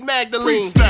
Magdalene